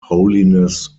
holiness